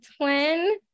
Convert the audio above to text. twin